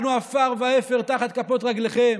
אנחנו עפר ואפר תחת כפות רגליכם.